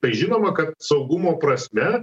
tai žinoma kad saugumo prasme